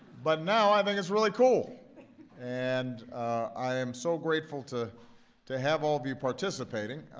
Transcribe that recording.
but now i think it's really cool and i am so grateful to to have all of you participating.